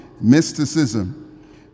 mysticism